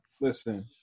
listen